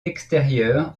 extérieur